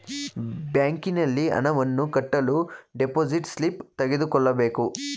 ಬ್ಯಾಂಕಿನಲ್ಲಿ ಹಣವನ್ನು ಕಟ್ಟಲು ಡೆಪೋಸಿಟ್ ಸ್ಲಿಪ್ ತೆಗೆದುಕೊಳ್ಳಬೇಕು